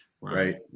Right